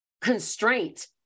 constraint